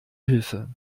hilfe